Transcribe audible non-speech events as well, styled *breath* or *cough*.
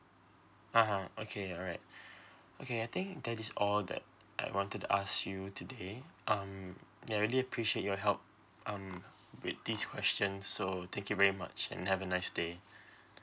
uh (huh) okay alright *breath* okay I think that is all that I wanted to ask you today um I really appreciate your help um with this question so thank you very much and have a nice day *breath*